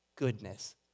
goodness